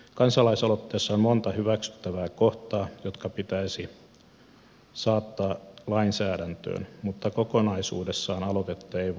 kansalaisaloitteessa on monta hyväksyttävää kohtaa jotka pitäisi saattaa lainsäädäntöön mutta kokonaisuudessaan aloitetta ei voi hyväksyä